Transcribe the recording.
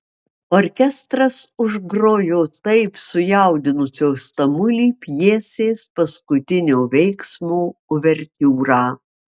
orkestras užgrojo taip sujaudinusios tamulį pjesės paskutinio veiksmo uvertiūrą